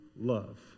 love